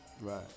Right